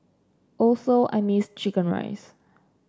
also I missed chicken rice